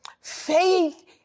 faith